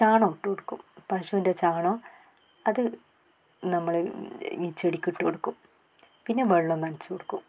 ചാണകം ഇട്ടുകൊടുക്കും പശുവിൻ്റെ ചാണകം അത് നമ്മൾ ഈ ചെടിക്ക് ഇട്ടു കൊടുക്കും പിന്നെ വെള്ളം നനച്ചു കൊടുക്കും